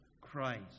Christ